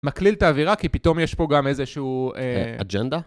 מקליל את האווירה, כי פתאום יש פה גם איזשהו... אג'נדה?